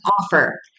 offer